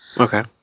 Okay